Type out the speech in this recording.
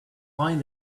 find